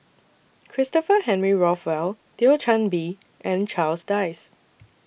Christopher Henry Rothwell Thio Chan Bee and Charles Dyce